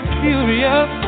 furious